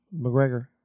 McGregor